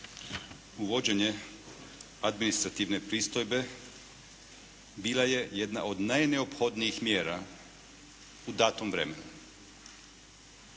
uvođenje administrativne pristojbe bila je jedna od najneophodnijih mjera u datom vremenu